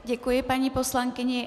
Děkuji paní poslankyni.